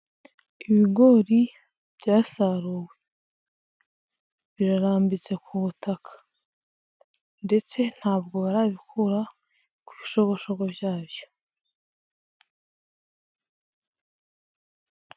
Ibigori byasaruwe. Birarambitse ku butaka, ndetse ntabwo barabikura ku bishogoshogo byabyo.